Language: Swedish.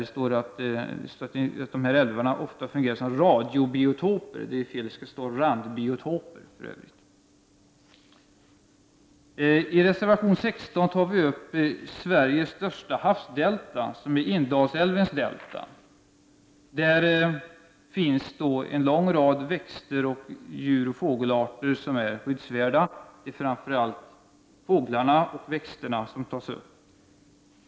Det står att dessa älvar ofta fungerar som ”radiobiotoper”. Det skall stå randbiotoper. I reservation nr 16 tar vi upp Sveriges största havsdelta, nämligen Indalsälvens delta. Där finns en lång rad växter, djuroch fågelarter som är skyddsvärda.